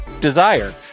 Desire